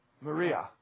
Maria